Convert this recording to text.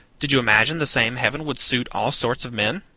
did you imagine the same heaven would suit all sorts of men?